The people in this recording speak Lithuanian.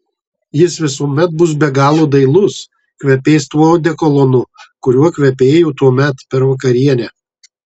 jis visuomet bus be galo dailus kvepės tuo odekolonu kuriuo kvepėjo tuomet per vakarienę